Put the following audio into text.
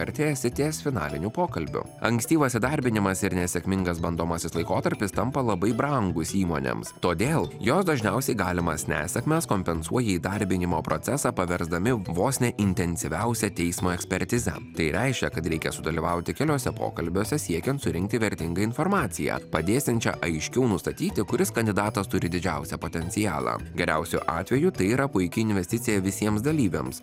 artėja srities finalinių pokalbių ankstyvas įdarbinimas ir nesėkmingas bandomasis laikotarpis tampa labai brangus įmonėms todėl jos dažniausiai galimas nesėkmes kompensuoja įdarbinimo procesą paversdami vos ne intensyviausia teismo ekspertize tai reiškia kad reikia sudalyvauti keliuose pokalbiuose siekiant surinkti vertingą informaciją padėsiančią aiškiau nustatyti kuris kandidatas turi didžiausią potencialą geriausiu atveju tai yra puiki investicija visiems dalyviams